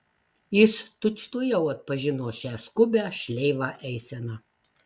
jis tučtuojau atpažino šią skubią šleivą eiseną